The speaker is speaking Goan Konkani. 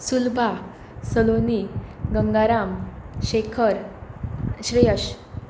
सुलभा सलोनी गंगाराम शेखर श्रेयस